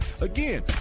Again